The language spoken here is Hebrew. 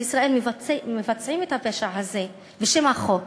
בישראל מבצעים את הפשע הזה בשם החוק,